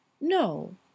no